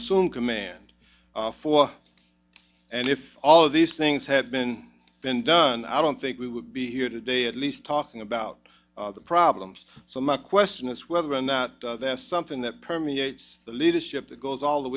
assumed command for and if all of these things had been done i don't think we would be here today at least talking about the problems so my question is whether or not that's something that permeates the leadership goes all the